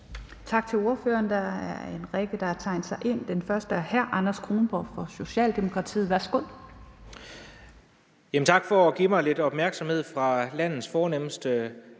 Tak til ordføreren. Der er en række, der har tegnet sig ind. Den første er hr. Anders Kronborg fra Socialdemokratiet. Værsgo. Kl. 11:59 Anders Kronborg (S): Tak for at give mig lidt opmærksomhed fra landets fornemste